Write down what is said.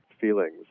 feelings